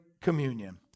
communion